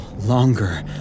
longer